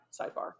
sidebar